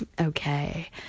okay